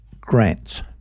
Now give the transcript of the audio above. grants